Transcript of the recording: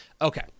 Okay